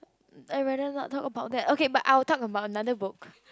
I rather not talk about that okay but I will talk about another book